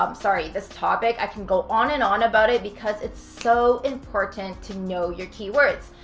um sorry, this topic, i could go on and on about it because it's so important to know your keywords.